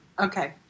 Okay